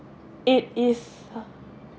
it is